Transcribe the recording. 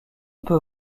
peut